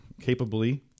capably